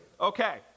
Okay